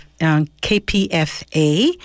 KPFA